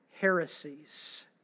heresies